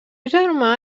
germà